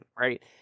Right